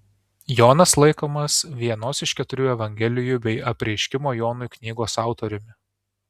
jonas laikomas vienos iš keturių evangelijų bei apreiškimo jonui knygos autoriumi